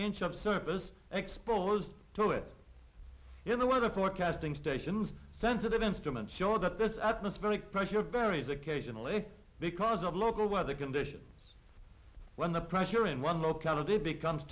inch of surface exposed to it in the weather forecasting stations sensitive instruments show that this atmospheric pressure varies occasionally because of local weather conditions when the pressure in one locality becomes